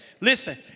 Listen